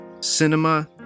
cinema